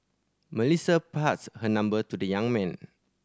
Melissa passed her number to the young man